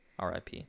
RIP